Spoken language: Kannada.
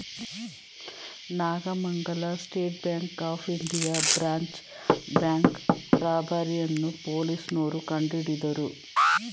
Nagamangala State Bank of India branch bank robbery ಅನ್ನೋ ಪೊಲೀಸ್ನೋರು ಕಂಡುಹಿಡಿದರು